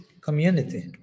community